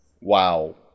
Wow